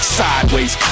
sideways